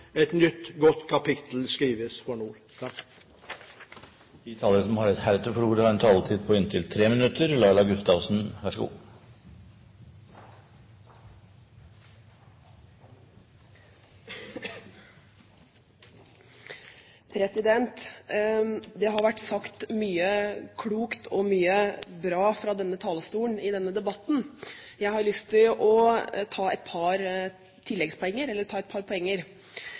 en taletid på inntil 3 minutter. Det har vært sagt mye klokt og mye bra fra denne talerstolen i denne debatten. Jeg har lyst til å ta et par